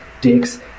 dicks